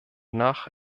nach